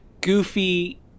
goofy